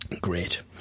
Great